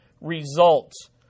results